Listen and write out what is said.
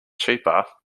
cheaper